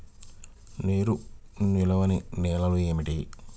నీరు నిలువని నేలలు ఏమిటి?